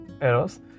errors